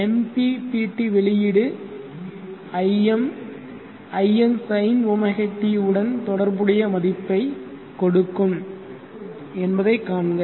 MPPT வெளியீடு im imsinɷt உடன் தொடர்புடைய மதிப்பைக் கொடுக்கும் என்பதைக் காண்க